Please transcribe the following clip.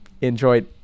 enjoyed